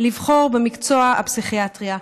לבחור במקצוע הפסיכיאטריה.